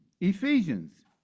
Ephesians